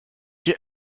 your